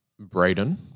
Brayden